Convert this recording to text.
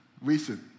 recent